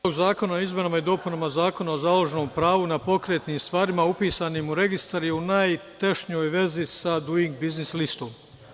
O zakonu o izmenama i dopunama Zakona o založenom pravu na pokretnim stvarima upisanim u registar je u najtešnoj vezi sa Duing biznis listom.